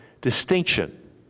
distinction